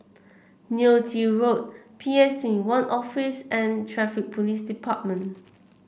Neo Tiew Road P S Twenty One Office and Traffic Police Department